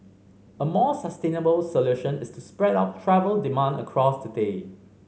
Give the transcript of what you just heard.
a more sustainable solution is to spread out travel demand across the day